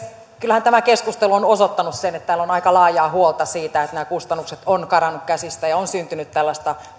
kyllähän tämä keskustelu on osoittanut sen että täällä on aika laajaa huolta siitä että nämä kustannukset ovat karanneet käsistä ja on syntynyt tällaista